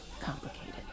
complicated